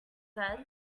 said